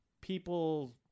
people